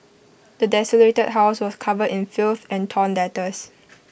the desolated house was covered in filth and torn letters